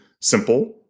simple